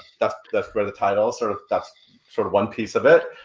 that's that's where the title, sort of that's sort of one piece of it.